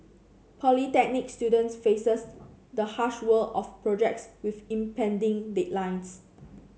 polytechnic students faces the harsh world of projects with impending deadlines